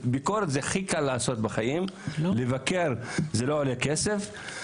ביקורת הכי קל לעשות, לבקר לא עולה כסף.